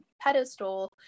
pedestal